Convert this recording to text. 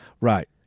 right